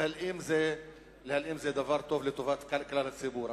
להלאים זה דבר טוב לטובת כלל הציבור.